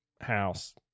house